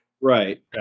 Right